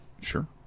sure